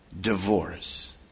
divorce